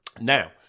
Now